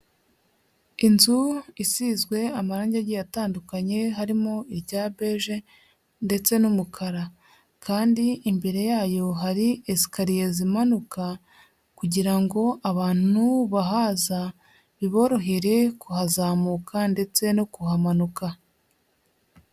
Inzu isizwe amarangi agiye atandukanye, harimo irya beje ndetse n'umukara kandi imbere yayo hari esikariye zimanuka kugira ngo abantu bahaza biborohere kuhazamuka ndetse no kuhamanuka.